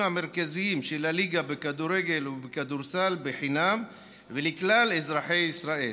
המרכזיים של הליגה בכדורגל ובכדורסל חינם ולכלל אזרחי ישראל.